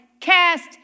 cast